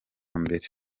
mbere